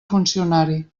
funcionari